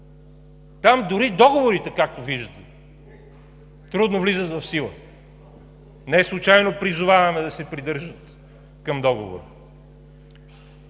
Там дори договорите, както виждате, трудно влизат в сила. Неслучайно призоваваме да се придържат към Договора.